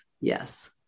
Yes